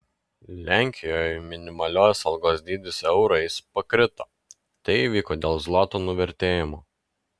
lenkijoje minimalios algos dydis eurais pakrito tai įvyko dėl zloto nuvertėjimo